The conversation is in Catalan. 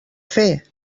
fer